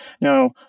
Now